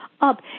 up